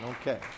Okay